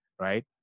right